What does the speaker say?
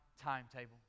timetable